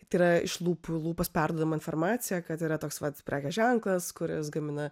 tai yra iš lūpų lūpas perduodama informacija kad yra toks vat prekės ženklas kuris gamina